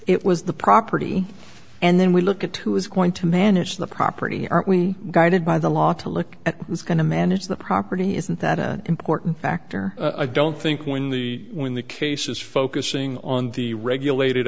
it was the property and then we look at who is going to manage the property aren't we guided by the law to look at who's going to manage the property isn't that a important factor i don't think when the when the case is focusing on the regulated